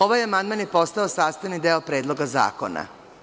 Ovaj amandman je postao sastavni deo Predloga zakona.